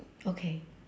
okay